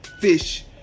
fish